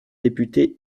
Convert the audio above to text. députés